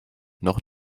noch